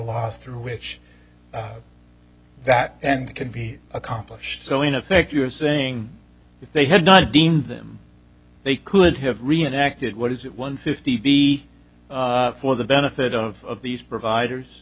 loss through which that and can be accomplished so in effect you're saying if they had not deemed them they could have reenacted what is it one fifty be for the benefit of these providers